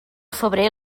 febrer